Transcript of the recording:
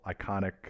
iconic